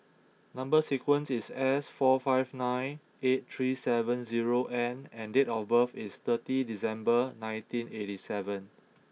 number sequence is S four five nine eight three seven zero N and date of birth is thirty December nineteen eighty seven